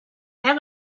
have